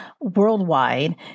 worldwide